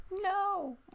No